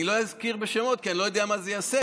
אני לא אזכיר שמות כי אני לא יודע מה זה יעשה,